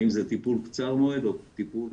האם זה טיפול קצר מועד או טיפול